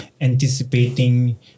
anticipating